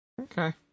Okay